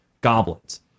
goblins